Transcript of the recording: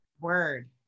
Word